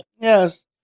Yes